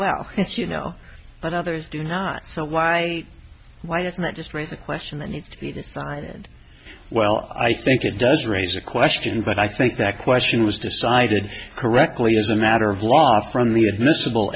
well you know but others do not so why why it's not just raise a question that needs to be decided well i think it does raise a question but i think that question was decided correctly as a matter of law from the admissible